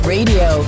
Radio